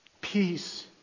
Peace